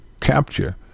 capture